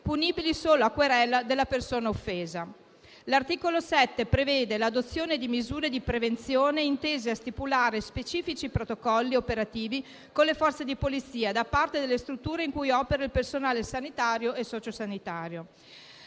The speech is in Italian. punibili solo a querela della persona offesa. L'articolo 7 prevede l'adozione di misure di prevenzione - intese a stipulare specifici protocolli operativi con le forze di polizia - da parte delle strutture in cui opera il personale sanitario e sociosanitario.